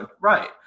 Right